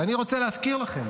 ואני רוצה להזכיר לכם,